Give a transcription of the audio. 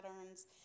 patterns